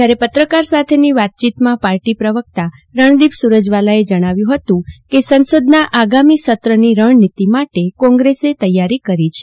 જ્યારે પત્રકાર સાથેની વાતચીતમાં પાર્ટી પ્રવકતા રણદીપ સુરજવાલાએ જણાવ્યુ ફતું કે સંસદના આગામી સત્રની રણનીતી માટે કોગ્રેસે તૈયારી કરશે